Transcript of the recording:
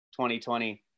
2020